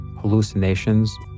hallucinations